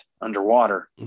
underwater